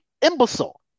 imbecile